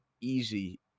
easy